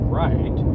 right